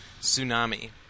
tsunami